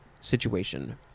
situation